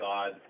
God